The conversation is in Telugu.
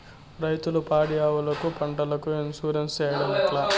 రైతులు పాడి ఆవులకు, పంటలకు, ఇన్సూరెన్సు సేయడం ఎట్లా?